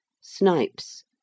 snipes